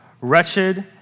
wretched